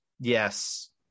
Yes